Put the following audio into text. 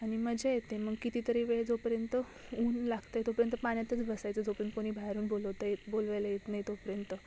आनि मजा येते मंग कितीतरी वेळ जोपर्यंत ऊन लागता येतोपर्यंत पान्यातच बसायचं जोपर्यंत कोनी बाहेरून बोलवता येत बोलवायला येत नाई तोपर्यंत